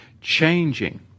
changing